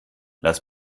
lass